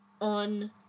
on